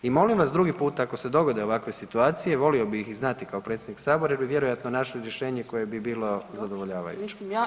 I molim vas drugi puta ako se dogode ovakve situacije volio bih i znati kao predsjednik sabora jer bi vjerojatno našao rješenje koje bi bilo zadovoljavajuće.